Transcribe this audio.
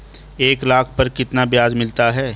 एक लाख पर कितना ब्याज मिलता है?